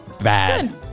bad